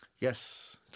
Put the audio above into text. Yes